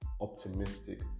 optimistic